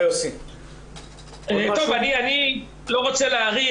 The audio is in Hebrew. אני לא רוצה להאריך.